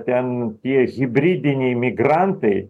ten tie hibridiniai migrantai